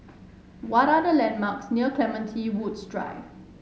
what are the landmarks near Clementi Woods Drive